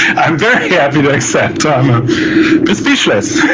i'm very happy to accept. i'm speechless.